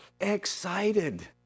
excited